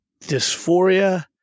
dysphoria